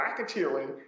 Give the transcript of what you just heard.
racketeering